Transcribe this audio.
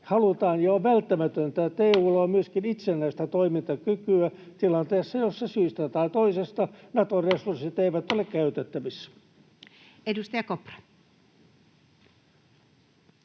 halutaan ja on välttämätöntä, että EU:lla on myöskin itsenäistä toimintakykyä tilanteessa, jossa syystä tai toisesta Nato-resurssit eivät ole käytettävissä. Edustaja Kopra.